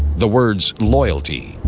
the words loyalty,